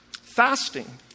Fasting